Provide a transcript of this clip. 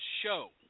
show